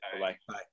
Bye-bye